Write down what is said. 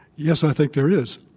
yes, i think there is.